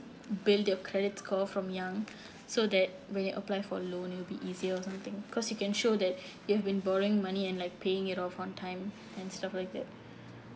build your credit score from young so that when you apply for loan it will be easier or something cause you can show that you have been borrowing money and like paying it off on time and stuff like that